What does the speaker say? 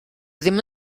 ddim